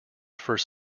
first